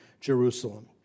Jerusalem